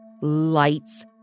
lights